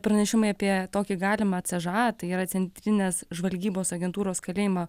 pranešimai apie tokį galimą cža tai yra centrinės žvalgybos agentūros kalėjimą